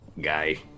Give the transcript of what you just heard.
guy